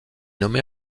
nommée